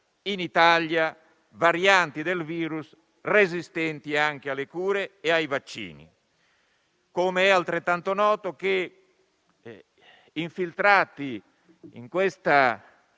in Italia varianti del virus resistenti anche alle cure e ai vaccini. È altrettanto noto che infiltrati in questa